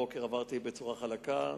הבוקר עברתי בצורה חלקה,